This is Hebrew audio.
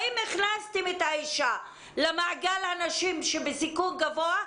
האם הכנסתם את האישה למעגל הנשים שבסיכון גבוה,